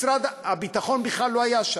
משרד הביטחון בכלל לא היה שם.